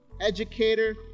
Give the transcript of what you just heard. educator